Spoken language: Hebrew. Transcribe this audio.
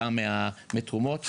בא מתרומות.